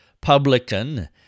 publican